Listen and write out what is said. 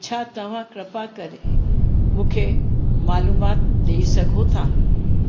छा तव्हां कृपा करे मूंखे मालूमात ॾई सघो था